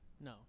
No